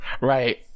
Right